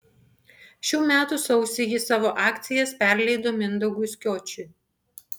šių metų sausį ji savo akcijas perleido mindaugui skiočiui